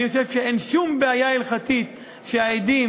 אני חושב שאין שום בעיה הלכתית בכך שהעדים